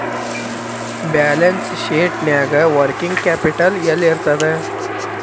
Balance ಶೇಟ್ನ್ಯಾಗ working capital ಯೆಲ್ಲಿರ್ತದ?